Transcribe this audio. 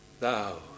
Thou